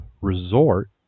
resort